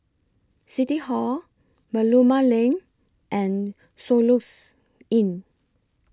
City Hall Merlimau Lane and Soluxe Inn